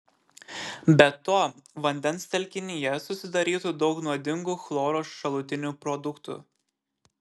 be to vandens telkinyje susidarytų daug nuodingų chloro šalutinių produktų